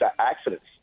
accidents